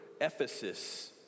Ephesus